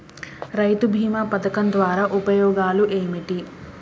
రైతు బీమా పథకం ద్వారా ఉపయోగాలు ఏమిటి?